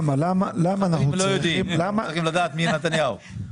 די, נו,